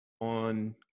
on